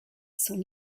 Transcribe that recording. son